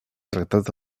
tractat